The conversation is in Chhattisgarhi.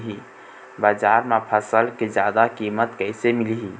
बजार म फसल के जादा कीमत कैसे मिलही?